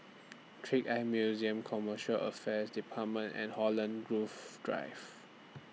Trick Eye Museum Commercial Affairs department and Holland Grove Drive